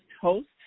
host